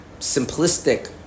simplistic